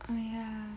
!aiya!